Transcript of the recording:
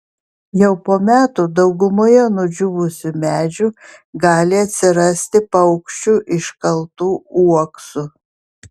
jau po metų daugumoje nudžiūvusių medžių gali atsirasti paukščių iškaltų uoksų